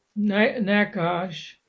Nakash